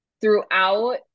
throughout